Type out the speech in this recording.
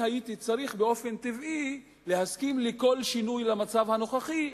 באופן טבעי הייתי צריך להסכים לכל שינוי במצב הנוכחי,